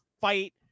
fight